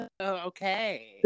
okay